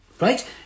right